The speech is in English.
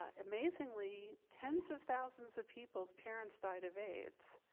ah amazingly, ten s of thousands of people's parents died of aids.